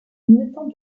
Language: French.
mettant